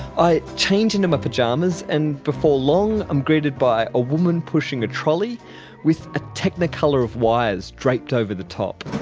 i change into my pyjamas and before long i'm greeted by a woman pushing a trolley with a technicolour of wires draped over the top.